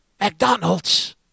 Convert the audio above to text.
McDonald's